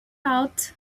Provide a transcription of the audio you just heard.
out